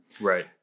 Right